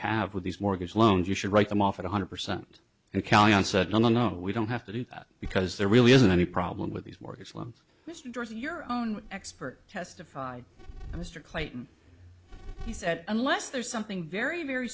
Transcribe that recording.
have with these mortgage loans you should write them off one hundred percent and kalyan said no no no we don't have to do that because there really isn't any problem with these mortgage loans mr dorsey your own expert testify mr clayton he said unless there's something very very